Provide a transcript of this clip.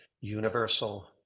universal